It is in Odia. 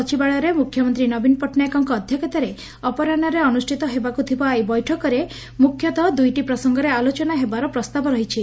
ସଚିବାଳୟରେ ମୁଖ୍ୟମନ୍ତୀ ନବୀନ ପଟ୍ଟନାୟକଙ୍କ ଅଧ୍ୟକ୍ଷତାରେ ଅପରାହୁରେ ଅନୁଷ୍ଷତ ହେବାକୁ ଥିବା ଏହି ବୈଠକରେ ମୁଖ୍ୟତଃ ଦୁଇଟି ପ୍ରସଙ୍ଗରେ ଆଲୋଚନା ହେବାର ପ୍ରସ୍ତାବ ରହିଛି